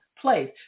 place